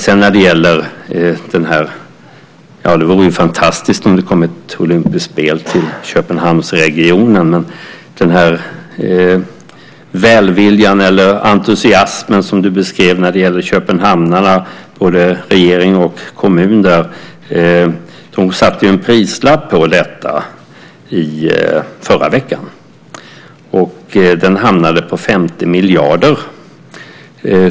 Sedan vore det ju fantastiskt om det blev ett olympiskt spel i Köpenhamnsregionen. Du beskriver välviljan eller entusiasmen när det gäller köpenhamnarna, både i kommunen och i den danska regeringen. Men de satte ju en prislapp på detta i förra veckan, och den hamnade på 50 miljarder.